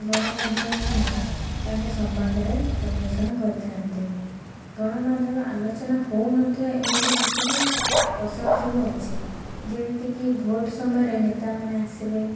ଗଣମାଧ୍ୟମମାନେ ତାଙ୍କ ସମ୍ବାଦରେ ପରିବେଷଣ କରିଥାନ୍ତି ଗଣମାଧ୍ୟମରେ ଆଲୋଚନା ହେଉନଥିବା ଏମିତି କିଛି ବି ପ୍ରସଙ୍ଗ ସବୁ ଅଛି ଯେମିତି କି ଭୋଟ୍ ସମୟରେ ନେତାମାନେ ଆସିବେ